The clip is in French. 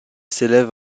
s’élève